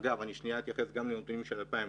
אגב, אני אתייחס גם לנתונים של 2019,